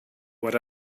what